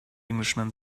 englishman